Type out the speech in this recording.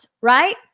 right